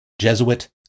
Jesuit